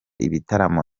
ibitaramo